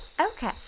Okay